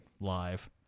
live